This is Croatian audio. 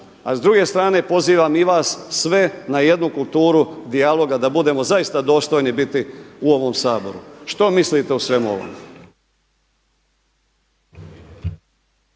a s druge strane pozivam i vas sve na jednu kulturu dijaloga da budemo zaista dostojni biti u ovome Saboru. Što mislite o svemu ovome?